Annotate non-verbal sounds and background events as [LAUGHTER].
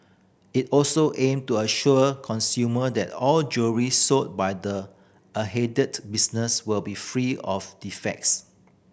it also aim to assure consumer that all jewellery sold by the [UNINTELLIGIBLE] business will be free of defects